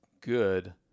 good